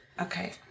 Okay